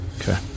Okay